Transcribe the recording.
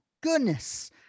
goodness